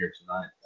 tonight